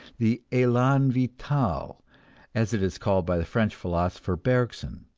the elan vital, as it is called by the french philosopher bergson.